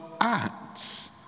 acts